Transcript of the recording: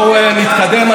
בואו נתקדם,